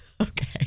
Okay